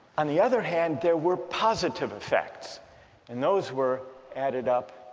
on the other hand there were positive effects and those were added up